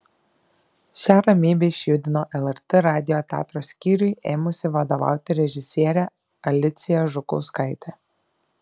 šią ramybę išjudino lrt radijo teatro skyriui ėmusi vadovauti režisierė alicija žukauskaitė